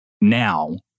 now